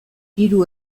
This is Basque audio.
hiru